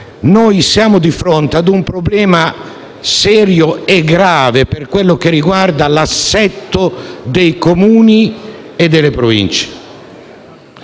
siamo di fronte a un problema serio e grave che riguarda l'assetto dei Comuni e delle Province.